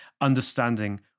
understanding